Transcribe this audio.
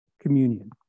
communion